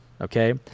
okay